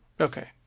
Okay